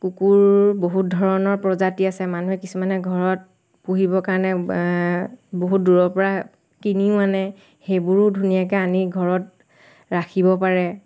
কুকুৰ বহুত ধৰণৰ প্ৰজাতি আছে মানুহে কিছুমানে ঘৰত পুহিবৰ কাৰণে বহুত দূৰৰ পৰা কিনিও আনে সেইবোৰো ধুনীয়াকৈ আনি ঘৰত ৰাখিব পাৰে